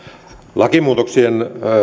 lakimuutoksien